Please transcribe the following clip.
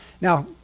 Now